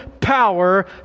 power